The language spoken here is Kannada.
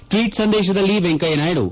ಟ್ನೀಟ್ ಸಂದೇಶದಲ್ಲಿ ವೆಂಕಯ್ದನಾಯ್ದು